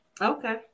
okay